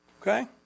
Okay